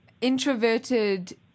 introverted